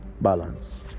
Balance